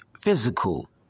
physical